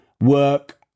work